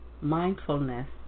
mindfulness